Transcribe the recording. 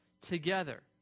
together